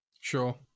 Sure